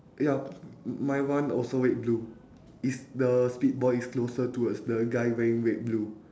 yup my one also red blue is the spit boy is closer towards the guy wearing red blue